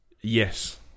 Yes